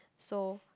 so